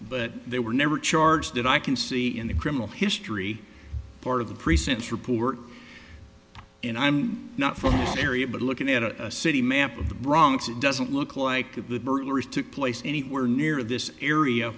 but they were never charged and i can see in the criminal history part of the precincts report and i'm not from the area but looking at a city man from the bronx it doesn't look like the burglars took place anywhere near this area